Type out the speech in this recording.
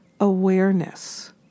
awareness